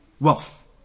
wealth